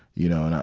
you know. and